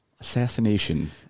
assassination